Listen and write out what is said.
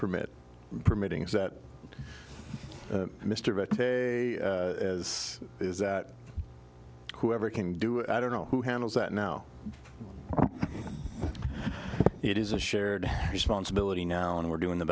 permit permitting is that mister as is that whoever can do i don't know who handles that now it is a shared responsibility now and we're doing the